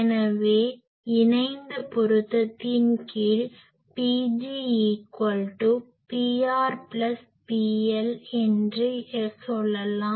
எனவே இணைந்த பொருத்தத்தின் கீழ் PgPr PL என்று சொல்லலாம்